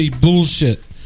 bullshit